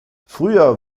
früher